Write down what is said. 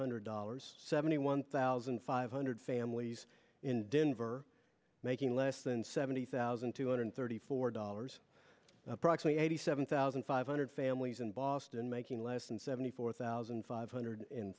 hundred dollars seventy one thousand five hundred families in denver making less than seventy thousand two hundred thirty four dollars approximately eighty seven thousand five hundred families in boston making less than seventy four thousand five hundred